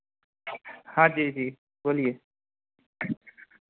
हाँ जी जी बोलिए